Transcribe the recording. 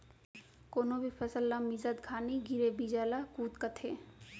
कोनो भी फसल ला मिसत घानी गिरे बीजा ल कुत कथें